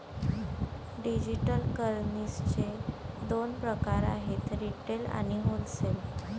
digital करन्सीचे दोन प्रकार आहेत रिटेल आणि होलसेल